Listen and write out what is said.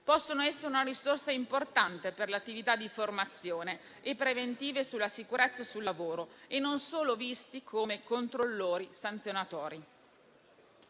Possono essere una risorsa importante per l'attività di formazione e preventiva per la sicurezza sul lavoro, così da non essere visti solo come controllori e sanzionatori.